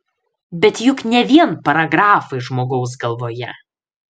bet juk ne vien paragrafai žmogaus galvoje